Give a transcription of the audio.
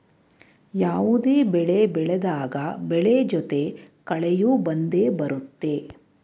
ಯಾವುದೇ ಬೆಳೆ ಬೆಳೆದಾಗ ಬೆಳೆ ಜೊತೆ ಕಳೆಯೂ ಬಂದೆ ಬರುತ್ತೆ